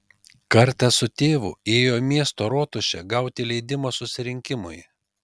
kartą su tėvu ėjo į miesto rotušę gauti leidimo susirinkimui